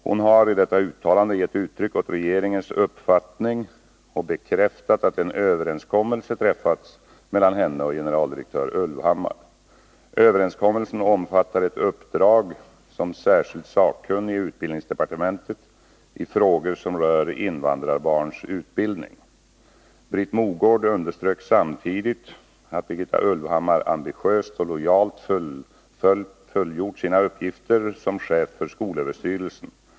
Hon har i detta uttalande gett uttryck åt regeringens uppfattning och bekräftat att en överenskommelse träffats mellan henne och generaldirektör Ulvhammar. Överenskommelsen omfattar ett uppdrag som särskild sakkunnig i utbildningsdepartementet i frågor som rör invandrarbarns utbildning. Britt Mogård underströk samtidigt att Birgitta Ulvhammar ambitiöst och lojalt fullgjort sina uppgifter som chef för skolöverstyrelsen.